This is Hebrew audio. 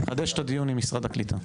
נחדש את הדיון עם משרד הקליטה.